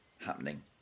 happening